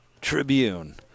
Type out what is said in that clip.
Tribune